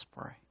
pray